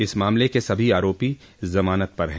इस मामले के सभी आरोपी जमानत पर हैं